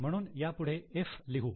म्हणून याच्यापुढे 'F' लिहू